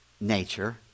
nature